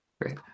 Great